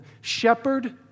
shepherd